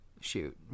shoot